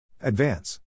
Advance